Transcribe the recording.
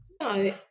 No